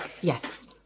Yes